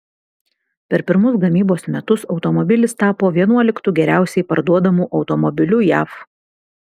per pirmus gamybos metus automobilis tapo vienuoliktu geriausiai parduodamu automobiliu jav